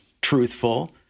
truthful